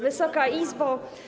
Wysoka Izbo!